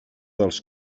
dels